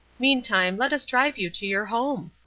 meantime, let us drive you to your home.